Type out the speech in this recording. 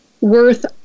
worth